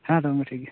ᱦᱮᱸ ᱛᱚᱵᱮ ᱢᱟ ᱴᱷᱤᱠ ᱜᱮᱭᱟ